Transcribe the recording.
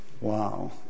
Wow